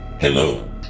Hello